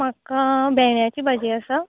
म्हाका भेंड्याची भाजी आसा